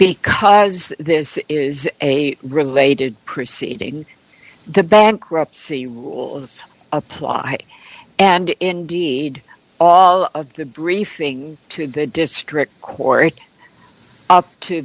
because this is a related proceeding the bankruptcy rules apply and indeed all of the briefing to the district court up to